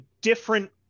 different